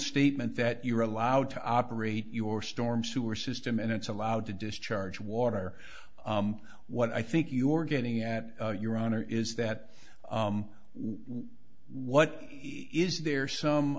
statement that you're allowed to operate your storm sewer system and it's allowed to discharge water what i think you're getting at your honor is that we what is there some